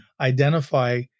identify